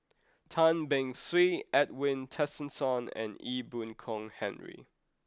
Tan Beng Swee Edwin Tessensohn and Ee Boon Kong Henry